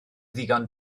ddigon